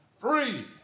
free